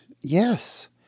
Yes